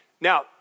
Now